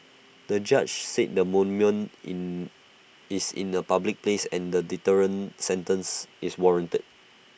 the judge said the monument in is in A public place and A deterrent sentence is warranted